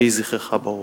יהי זכרך ברוך.